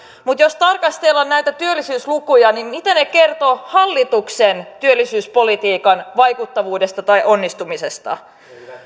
mutta jos tarkastellaan näitä työllisyyslukuja niin mitä ne kertovat hallituksen työllisyyspolitiikan vaikuttavuudesta tai onnistumisesta